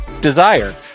Desire